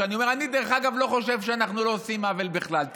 לפי תפיסת העולם שלי,